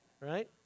right